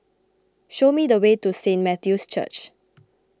show me the way to Saint Matthew's Church